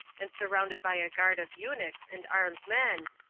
and surrounded by a guard of eunuchs and armed men,